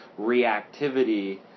reactivity